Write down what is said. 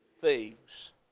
Thieves